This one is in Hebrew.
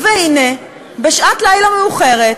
והנה, בשעת לילה מאוחרת